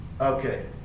Okay